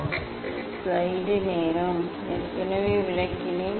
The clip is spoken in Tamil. ஏற்கனவே விளக்கினேன்